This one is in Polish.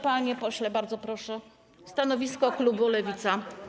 Panie pośle, bardzo proszę, stanowisko klubu Lewica.